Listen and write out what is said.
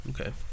Okay